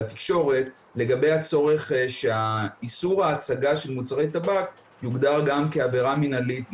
לגבי הצורך שאיסור ההצגה של מוצרי טבק יוגדר גם כעבירה מינהלית.